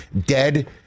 dead